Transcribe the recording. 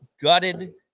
gutted